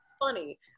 funny